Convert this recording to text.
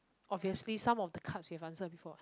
obviously some of the cards we have answered before what